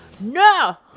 No